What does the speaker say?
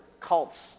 cults